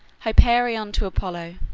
hyperion to apollo.